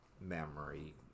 memory